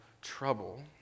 trouble